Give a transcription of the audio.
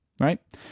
right